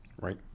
Right